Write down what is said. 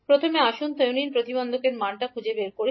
প্রথমে আসুন থেভেনিন প্রতিবন্ধকের মানটি খুঁজে বের করি